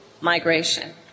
migration